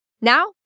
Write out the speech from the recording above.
Now